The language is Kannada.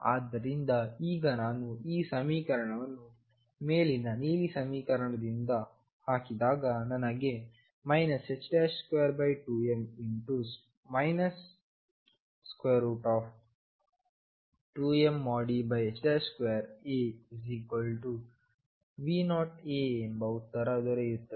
ಆದ್ದರಿಂದ ಈಗ ನಾನು ಈ ಸಮೀಕರಣವನ್ನು ಮೇಲಿನ ನೀಲಿ ಸಮೀಕರಣದಲ್ಲಿ ಹಾಕಿದಾಗ ನನಗೆ 22m 2mE2AV0A ಎಂಬ ಉತ್ತರ ದೊರೆಯುತ್ತದೆ